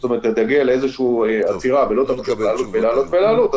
תגיע לאיזו שהיא עצירה ולא תמשיך לעלות ולעלות,